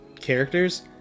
characters